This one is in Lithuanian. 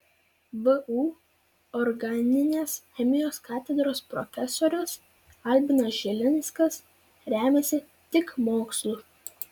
vu organinės chemijos katedros profesorius albinas žilinskas remiasi tik mokslu